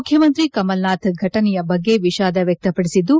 ಮುಖ್ಯಮಂತ್ರಿ ಕಮಲ್ನಾಥ್ ಘಟನೆಯ ಬಗ್ಗೆ ವಿಶಾದ ವ್ಯಕ್ತಪಡಿಸಿದ್ದು